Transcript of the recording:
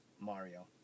Mario